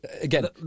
again